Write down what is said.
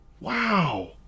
Wow